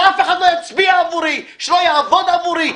שאף אחד לא יצביע עבורי, שלא יעבוד עבורי.